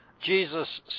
Jesus